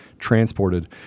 transported